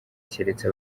keretse